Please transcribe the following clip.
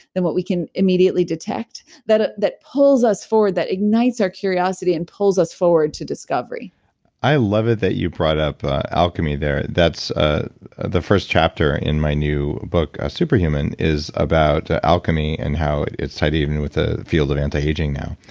than what we can immediately detect, that ah that pulls us forward that ignites our curiosity and pulls us forward to discovery i love it that you brought up alchemy there. that's the first chapter in my new book, a superhuman is about alchemy and how it's tied even with the field of anti-aging now.